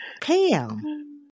Pam